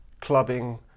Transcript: clubbing